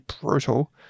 brutal